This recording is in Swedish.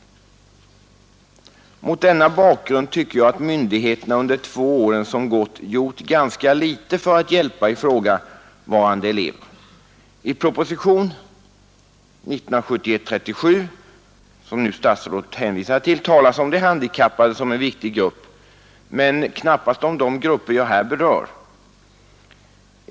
Mot denna bakgrund tycker jag att myndigheterna under de två åren som gått gjort ganska litet för att hjälpa ifrågavarande elever. I propositionen 37 år 1971, som statsrådet nu hänvisar till, talas om de handikappade som en viktig grupp men knappast om de grupper jag här berör.